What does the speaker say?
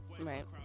Right